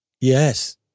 Yes